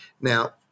now